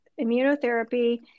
immunotherapy